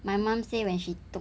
my mum say when she poke